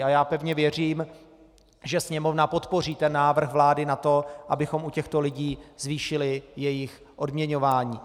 A já pevně věřím, že Sněmovna podpoří návrh vlády na to, abychom u těchto lidí zvýšili jejich odměňování.